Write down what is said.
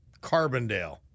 Carbondale